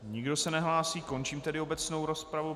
Nikdo se nehlásí, končím tedy obecnou rozpravu.